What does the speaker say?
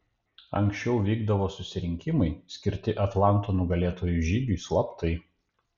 anksčiau vykdavo susirinkimai skirti atlanto nugalėtojų žygiui slaptai